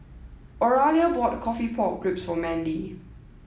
Oralia bought coffee pork ribs for Mandy